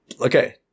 Okay